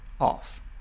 off